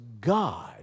God